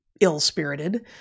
ill-spirited